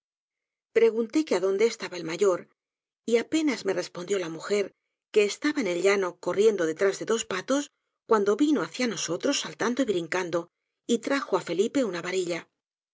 pregunté que adonde estaba el mayor y apenas me respondió la mujer que estaba en el llano corriendo detras de dos patos cuando vino hacia nosotros saltando y brincando y trajo á felipe una varilla